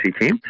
team